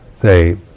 say